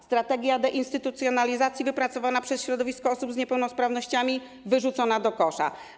Strategia deinstytucjonalizacji wypracowana przez środowisko osób z niepełnosprawnościami została wyrzucona do kosza.